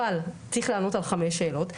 אבל צריך לענות על חמש שאלות,